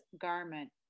garment